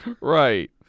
right